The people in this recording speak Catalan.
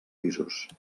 pisos